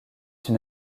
une